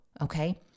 okay